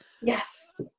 Yes